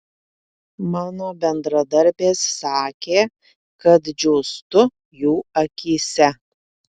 mano bendradarbės sakė kad džiūstu jų akyse